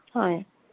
হয়